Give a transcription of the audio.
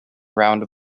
round